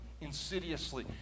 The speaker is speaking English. insidiously